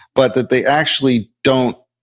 but that they actually don't,